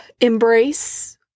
embrace